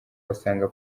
basanga